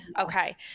Okay